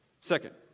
Second